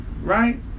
right